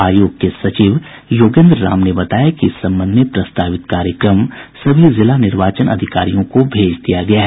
आयोग के सचिव योगेन्द्र राम ने बताया कि इस संबंध में प्रस्तावित कार्यक्रम सभी जिला निर्वाचन अधिकारियों को भेज दिया गया है